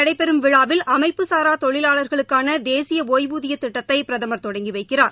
நடைபெறும் விழாவில் அமைப்பு இன்று மாலை சாரா தொழிலாளர்களுக்கான தேசிய ஓய்வூதிய திட்டத்தை பிரதமர் தொடங்கி வைக்கிறார்